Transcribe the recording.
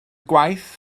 gwaith